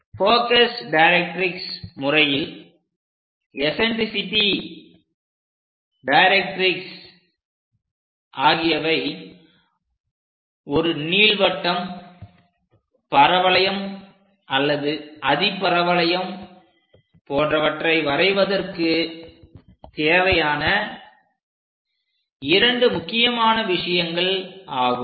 focus directrix முறையில் eccentricity directrix ஆகியவை ஒரு நீள்வட்டம் பரவளையம் அல்லது அதிபரவளையம் போன்றவற்றை வரைவதற்கு தேவையான இரண்டு முக்கியமான விஷயங்கள் ஆகும்